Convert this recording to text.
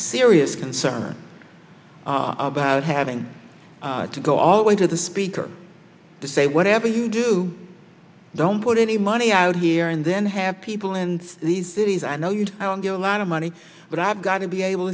serious concern about having to go all the way to the speaker to say whatever you do don't put any money out here and then have people in the cities i know you'd be a lot of money but i've got to be able